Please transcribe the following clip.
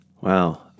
Wow